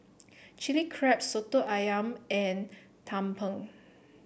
Chilli Crab Soto ayam and Tumpeng